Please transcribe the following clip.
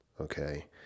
Okay